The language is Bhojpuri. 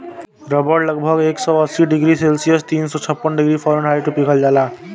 रबड़ लगभग एक सौ अस्सी डिग्री सेल्सियस तीन सौ छप्पन डिग्री फारेनहाइट पे पिघल जाला